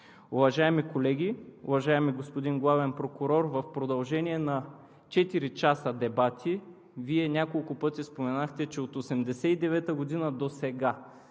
Уважаеми колеги, уважаеми господин Главен прокурор, в продължение на четири часа дебати Вие няколко пъти споменахте, че от 1989 г. досега